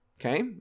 okay